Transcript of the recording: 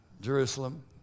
Jerusalem